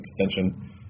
extension